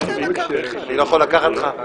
אני יכול לקחת לך?